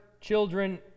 children